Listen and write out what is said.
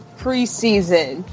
preseason